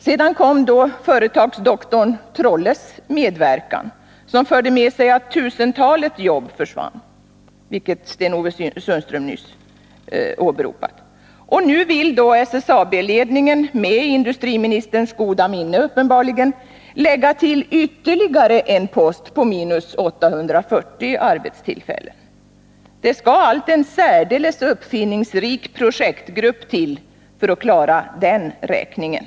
Sedan kom då ”företagsdoktorn” af Trolles medverkan, som förde med sig att tusentalet jobb försvann, vilket Sten-Ove Sundström nyss åberopade. Och nu vill då SSAB-ledningen, uppenbarligen med industriministerns goda minne, lägga till ytterligare en post på minus 840 arbetstillfällen. Det skall allt till en 3 särdeles uppfinningsrik projektgrupp för att klara den räkningen.